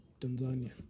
Tanzania